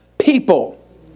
people